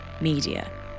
media